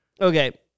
Okay